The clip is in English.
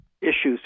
issues